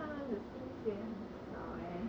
他们的薪水很少 eh